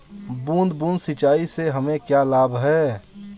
बूंद बूंद सिंचाई से हमें क्या लाभ है?